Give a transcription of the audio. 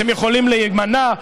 אתם יכולים להימנע,